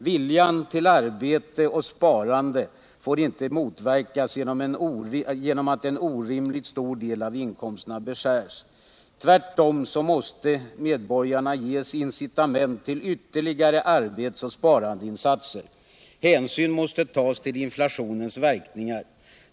Viljan till arbete och sparande får inte motverkas genom att en orimligt stor del av inkomsterna beskärs. Tvärtom måste medborgarna ges incitament till ytterligare arbete och sparandeinsatser. Hänsyn måste tas till inflationens verkningar.